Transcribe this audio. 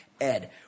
Ed